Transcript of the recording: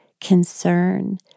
concern